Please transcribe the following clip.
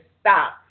stop